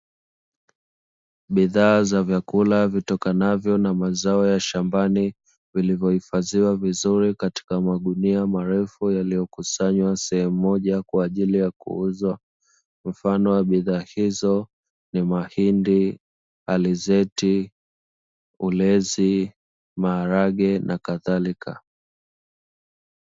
Bidhaa za vyakula vitokanavyo na mazao ya shambani vilivyo hifathiwa vizuri katika magunia marefu yaliyo kusanywa sehemu mmoja kwa ajili ya kuuzwa mfano wa bidhaa hizo ni mahindi, alizeti, ulezi, maharage na katharika.